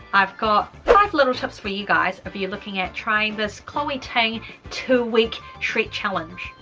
i've got five little tips for you guys if you're looking at trying this chloe ting two week shred challenge.